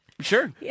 Sure